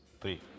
three